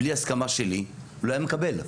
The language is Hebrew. בלי הסכמה שלי הוא לא היה מקבל.